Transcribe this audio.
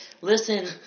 listen